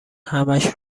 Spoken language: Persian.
همش